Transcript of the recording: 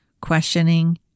questioning